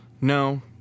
No